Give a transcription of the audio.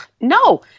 No